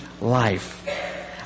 life